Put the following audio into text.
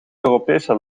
europese